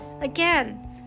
again